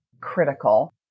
critical